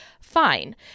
Fine